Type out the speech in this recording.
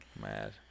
Mad